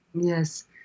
Yes